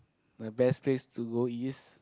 the best place to go is